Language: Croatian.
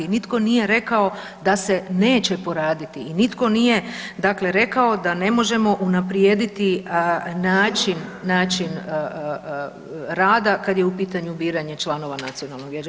Nitko nije rekao da se neće poraditi i nitko nije dakle rekao da ne možemo unaprijediti način, način rada kad je u pitanju biranje članova nacionalnog vijeća.